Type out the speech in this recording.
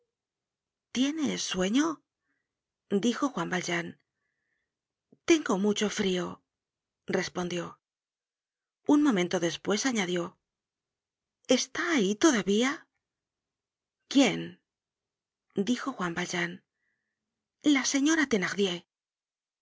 tienes sueño dijo juan valjean tengo mucho frio respondió un momento despues añadió está ahí todavía quién dijo juan valjean la señora